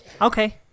okay